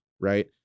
Right